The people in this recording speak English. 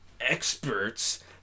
experts